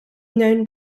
known